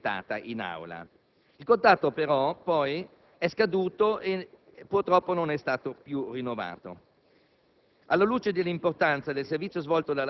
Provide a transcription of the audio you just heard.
sulla scorta della nostra richiesta presentata in Aula. Il contratto però è scaduto e purtroppo non è stato più rinnovato.